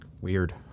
weird